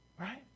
Right